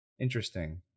interesting